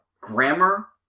grammar